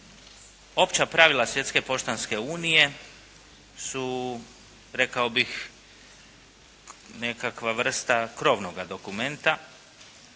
Opća pravila Svjetske poštanske unije su, rekao bih nekakva vrsta krovnoga dokumenta,